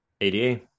ADA